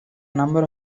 number